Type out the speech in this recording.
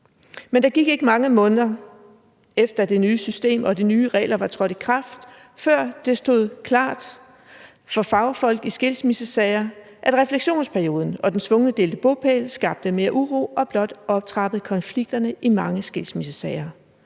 Men der gik ikke mange måneder, efter det nye system og de nye regler var trådt i kraft, før det stod klart for fagfolk i skilsmissesager, at refleksionsperioden og den tvungne delte bopæl skabte mere uro og blot optrappede konflikterne i mange skilsmissesager